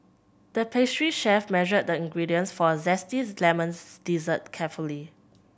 the pastry chef measured the ingredients for a zesty lemons dessert carefully